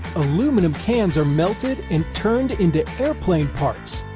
aluminum cans are melted and turned into airplane parts!